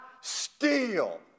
steal